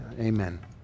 Amen